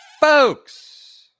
folks